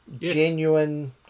genuine